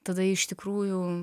tada iš tikrųjų